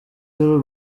y’u